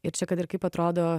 ir čia kad ir kaip atrodo